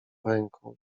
ręką